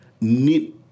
need